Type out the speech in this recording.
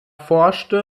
forschte